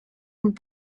and